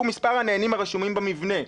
שהוא מספר הנהנים הרשומים במבנה.